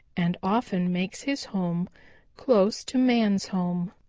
and often makes his home close to man's home.